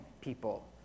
people